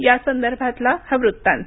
या संदर्भातला हा वृत्तांत